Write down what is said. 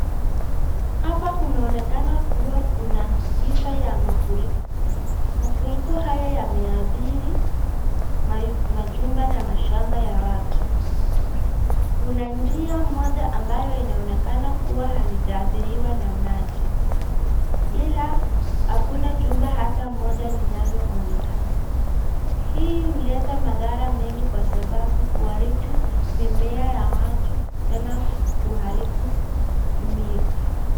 Hapa kunaonekana kuwa kuna kisa ya mafuriko. Mafuriko haya yameadhiri majumba na mashamba ya watu. Kuna njia moja ambayo inaonekana kuwa halijaadhiriwa na maji. Ila, hakuna jumba hata moja linaloonekana. Hii huleta madhara mengi kwa sababu huharibu mimea ya watu, tena kuharibu.